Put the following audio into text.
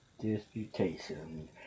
disputation